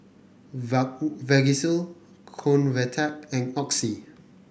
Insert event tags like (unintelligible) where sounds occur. (unintelligible) Vagisil Convatec and Oxy